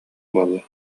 буолла